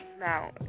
Now